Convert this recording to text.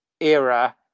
era